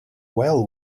well